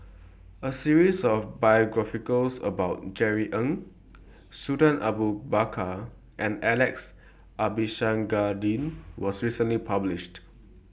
A series of biographies about Jerry Ng Sultan Abu Bakar and Alex Abisheganaden was recently published